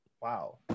wow